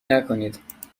نکنید